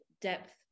depth